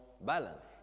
balance